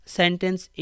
sentence